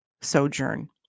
sojourn